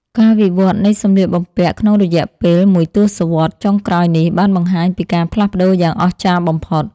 ការវិវត្តនៃសម្លៀកបំពាក់ក្នុងរយៈពេលមួយទសវត្សរ៍ចុងក្រោយនេះបានបង្ហាញពីការផ្លាស់ប្តូរយ៉ាងអស្ចារ្យបំផុត។